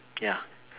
ya